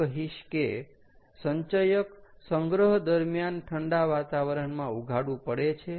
એવું કહીશ કે સંચયક સંગ્રહ દરમિયાન ઠંડા વાતાવરણમાં ઉઘાડું પડે છે